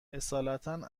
اصالتا